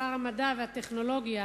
שר המדע והטכנולגיה,